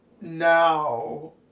now